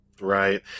right